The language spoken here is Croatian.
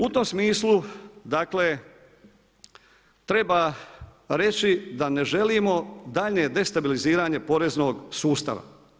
U tom smislu, dakle treba reći da ne želimo daljnje destabiliziranje poreznog sustava.